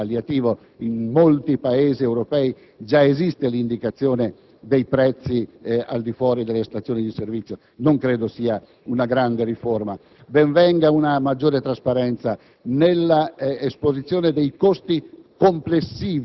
introdotta è un palliativo. In molti Paesi europei già esiste l'indicazione dei prezzi fuori delle stazioni di servizio e non credo sia una grande riforma. Ben venga, invece, una maggiore trasparenza nell'esposizione dei costi